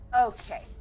Okay